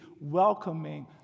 welcoming